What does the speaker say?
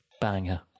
Banger